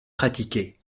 pratiquée